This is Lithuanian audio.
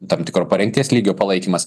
tam tikro parengties lygio palaikymas